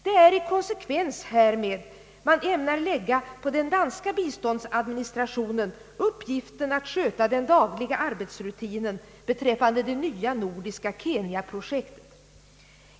Det är i konsekvens härmed man ämnar lägga på den danska biståndsadministrationen uppgiften att sköta den dagliga arbetsrutinen beträffande det nya nordiska Kenya-projektet.